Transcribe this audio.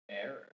Error